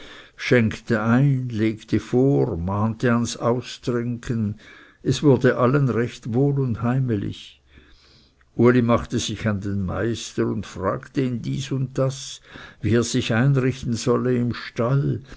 schenkte ein legte vor mahnte ans austrinken es wurde allen recht wohl und heimelig uli machte sich an den meister und fragte ihn dies und das wie er sich einrichten solle im stall